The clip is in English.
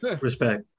Respect